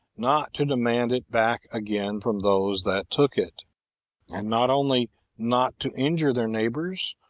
not to demand it back again from those that took it and not only not to injure their neighbours,